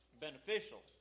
beneficial